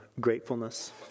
gratefulness